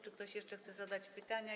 Czy ktoś jeszcze chce zadać pytanie?